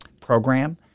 program